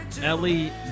Ellie